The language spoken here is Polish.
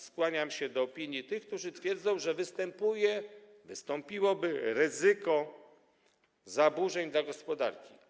Skłaniam się ku opinii tych, którzy twierdzą, że występuje, wystąpiłoby ryzyko zaburzeń dla gospodarki.